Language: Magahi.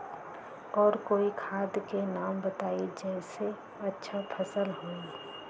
और कोइ खाद के नाम बताई जेसे अच्छा फसल होई?